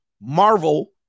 Marvel